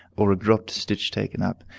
or a dropped stitch taken up,